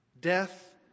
death